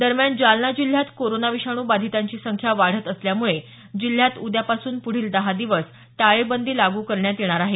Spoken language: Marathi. दरम्यान जिल्ह्यात कोरोना विषाणू बाधितांची संख्या वाढत असल्यामुळे जिल्ह्यात उद्यापासून पुढील दहा दिवस टाळेबंदी लागू करण्यात येणार आहे